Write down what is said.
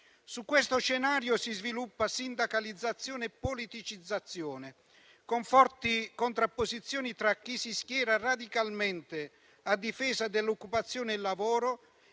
In questo scenario si sviluppano sindacalizzazione e politicizzazione, con forti contrapposizioni tra chi si schiera radicalmente a difesa dell'occupazione e del lavoro